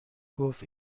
گفت